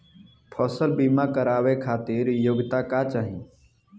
फसल बीमा करावे खातिर योग्यता का चाही?